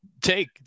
take